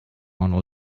mona